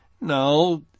No